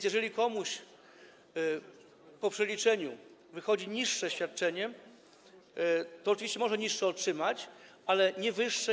Jeżeli komuś po przeliczeniu wychodzi niższe świadczenie, to oczywiście może otrzymać niższe, ale nie wyższe.